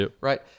right